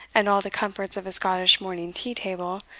and all the comforts of a scottish morning tea-table,